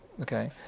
okay